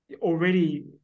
already